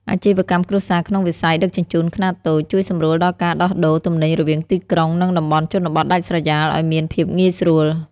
អាជីវកម្មគ្រួសារក្នុងវិស័យដឹកជញ្ជូនខ្នាតតូច ជួយសម្រួលដល់ការដោះដូរទំនិញរវាងទីក្រុង និងតំបន់ជនបទដាច់ស្រយាលឱ្យមានភាពងាយស្រួល។